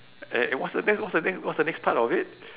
uh eh what's the that's what's the next what's the next part of it